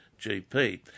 GP